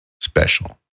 special